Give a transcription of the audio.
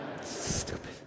Stupid